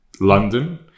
London